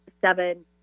seven